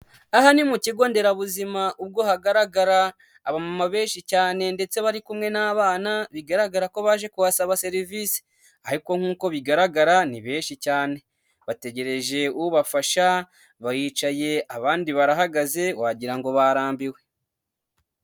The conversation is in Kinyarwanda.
Aha ni mu kigo nderabuzima ubwo hagaragara abamama benshi cyane ndetse bari kumwe n'abana, bigaragara ko baje kuhasaba serivisi, ariko nk'uko bigaragara ni benshi cyane, bategereje ubafasha baricaye abandi barahagaze wagira ngo barambiwe.